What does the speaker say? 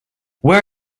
where